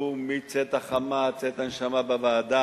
הוא מצאת החמה עד צאת הנשמה בוועדה,